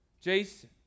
Jason